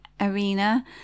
arena